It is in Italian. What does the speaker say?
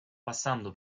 passando